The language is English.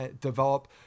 develop